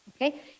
Okay